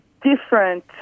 different